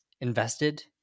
invested